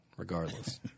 Regardless